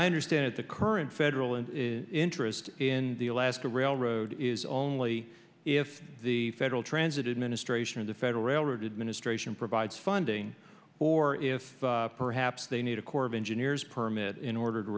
i understand it the current federal an interest in the alaska railroad is only if the federal transit administration of the federal railroad administration provides funding or if perhaps they need a corps of engineers permit in order to